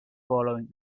following